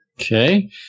Okay